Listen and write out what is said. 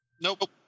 Nope